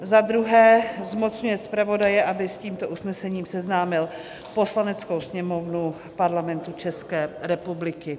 Za druhé zmocňuje zpravodaje, aby s tímto usnesením seznámil Poslaneckou sněmovnu Parlamentu České republiky.